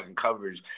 coverage